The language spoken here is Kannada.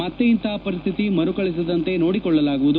ಮತ್ತೆ ಇಂತಪ ಪರಿಸ್ಥಿತಿ ಮರುಕಳಿಸದಂತೆ ನೋಡಿಕೊಳ್ಳಲಾಗುವುದು